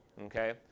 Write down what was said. okay